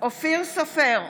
אופיר סופר,